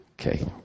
okay